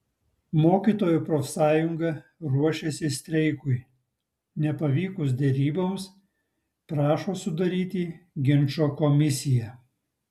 mokytojų profsąjunga ruošiasi streikui nepavykus deryboms prašo sudaryti ginčo komisiją